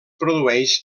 produeix